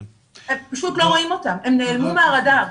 הם פשוט לא רואים אותם, הם פשוט נעלמו מהרדאר.